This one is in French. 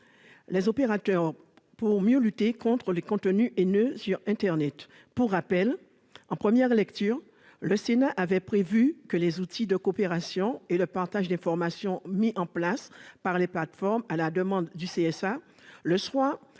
opérateurs pour mieux lutter contre les contenus haineux sur internet. Pour rappel, en première lecture, le Sénat avait prévu que les outils de coopération et le partage d'informations mis en place par les plateformes à la demande du CSA le soient